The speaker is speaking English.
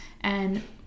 And-